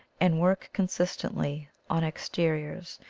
and work con sistently on exteriors,